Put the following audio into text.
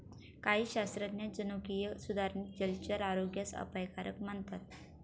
काही शास्त्रज्ञ जनुकीय सुधारित जलचर आरोग्यास अपायकारक मानतात